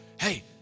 Hey